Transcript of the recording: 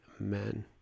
amen